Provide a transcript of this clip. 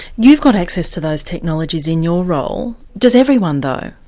you've got access to those technologies in your role, does everyone, though?